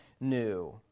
new